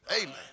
Amen